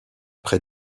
près